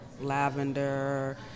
lavender